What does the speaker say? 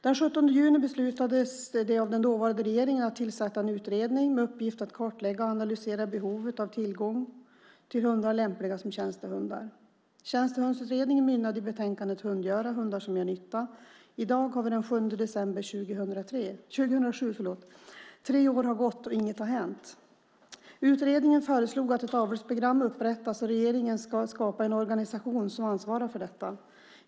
Den 17 juni 2004 beslutade den dåvarande regeringen att tillsätta en utredning med uppgift att kartlägga och analysera behovet av tillgång till hundar lämpliga som tjänstehundar. Tjänstehundsutredningen mynnade i betänkandet Hundgöra - att göra hundar som gör nytta. I dag har vi den 7 december 2007. Tre år har gått och ingenting har hänt. Utredningen föreslog att ett avelsprogram upprättas och att regeringen skapar en organisation som ansvarar för detta.